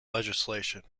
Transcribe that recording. legislation